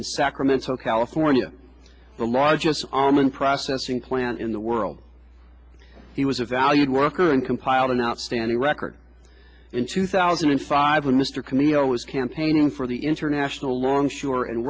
in sacramento california the largest allman processing plant in the world he was a valued worker and compiled an outstanding record in two thousand and five when mr camille was campaigning for the international longshore and